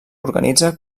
organitza